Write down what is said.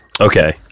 Okay